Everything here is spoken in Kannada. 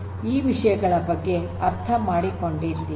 ಈ ವಿಷಯಗಳ ಬಗ್ಗೆ ಅರ್ಥ ಮಾಡಿಕೊಂಡಿದ್ದೀರಿ